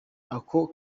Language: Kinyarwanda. ako